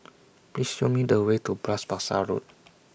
Please Show Me The Way to Bras Basah Road